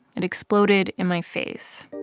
it exploded in my face.